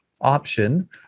option